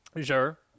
Sure